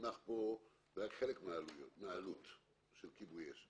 שמונח כאן הוא רק חלק מן העלות של כיבוי אש.